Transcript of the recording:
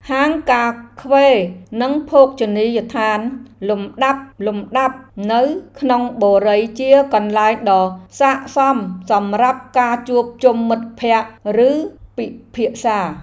ហាងកាហ្វេនិងភោជនីយដ្ឋានលំដាប់ៗនៅក្នុងបុរីជាកន្លែងដ៏ស័ក្តិសមសម្រាប់ការជួបជុំមិត្តភក្តិឬពិភាក្សា។